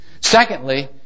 Secondly